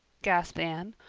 gasped anne.